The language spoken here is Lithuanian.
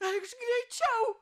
eikš greičiau